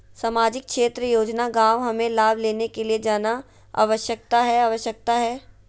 सामाजिक क्षेत्र योजना गांव हमें लाभ लेने के लिए जाना आवश्यकता है आवश्यकता है?